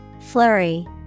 Flurry